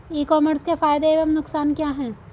ई commerce के फायदे एवं नुकसान क्या हैं?